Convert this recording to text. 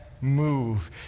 move